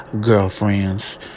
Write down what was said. girlfriend's